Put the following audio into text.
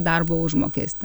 darbo užmokestį